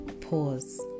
pause